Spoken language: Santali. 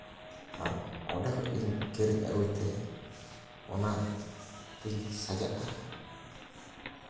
ᱚᱸᱰᱮ ᱠᱷᱚᱱᱤᱧ ᱠᱤᱨᱤᱧ ᱟᱹᱜᱩᱭ ᱛᱮ ᱚᱱᱟ ᱛᱤᱧ ᱥᱟᱡᱟᱜᱼᱟ